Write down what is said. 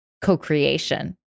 co-creation